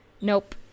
nope